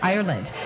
Ireland